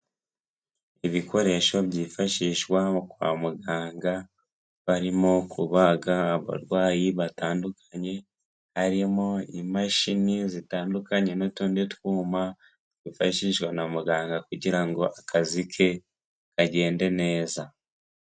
Ibikoresho byifashishwa kwa muganga, harimo kubaga abarwayi batandukanye, harimo imashini zitandukanye n'utundi twuma, twifashishwa na muganga kugira akazi ke kagende neza.